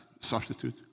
Substitute